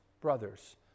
brothers